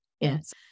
Yes